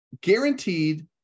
Guaranteed